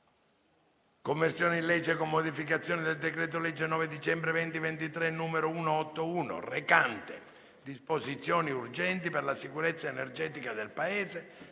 Conversione in legge, con modificazioni, del decreto-legge 9 dicembre 2023, n. 181, recante disposizioni urgenti per la sicurezza energetica del Paese,